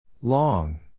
Long